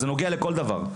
זה נוגע לכל דבר.